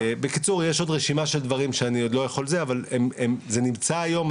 בקיצור יש עוד רשימה של דברים, שנמצאים היום.